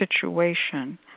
situation